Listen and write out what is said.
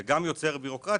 זה יוצר בירוקרטיה,